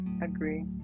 agree